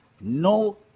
No